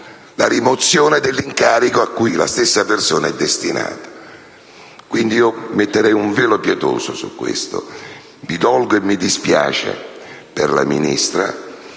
la rimozione dall'incarico a cui quella persona è destinata. Stenderei quindi un velo pietoso su questo. Mi dolgo e mi dispiace per la Ministra,